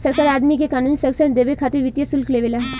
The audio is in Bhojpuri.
सरकार आदमी के क़ानूनी संरक्षण देबे खातिर वित्तीय शुल्क लेवे ला